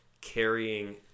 carrying